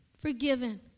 forgiven